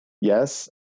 yes